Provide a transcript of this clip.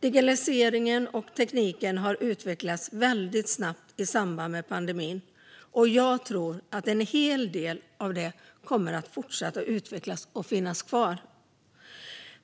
Digitaliseringen och tekniken har utvecklats väldigt snabbt i samband med pandemin, och jag tror att en hel del av det kommer att fortsätta att utvecklas och finnas kvar.